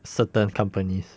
certain companies